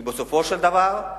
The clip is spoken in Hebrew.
כי בסופו של דבר,